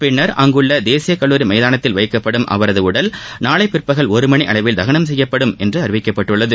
பின்னா் அங்குள்ள தேசிய கல்லூரி மைதானத்தில் வைக்கப்படும் அவரது உடல் நாளை பிற்பகல் ஒரு மணி அளவில் தகனம் செய்யப்படும் என்று அறிவிக்கப்பட்டுள்ளது